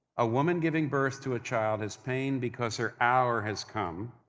a woman giving birth to a child has pain because her hour has come,